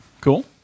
Cool